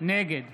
נגד